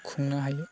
खुंनो हायो